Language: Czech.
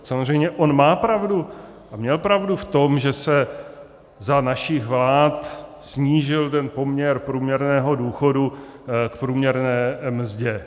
Samozřejmě on má pravdu a měl pravdu v tom, že se za našich vlád snížil ten poměr průměrného důchodu k průměrné mzdě.